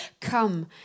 Come